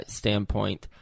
standpoint